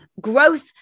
growth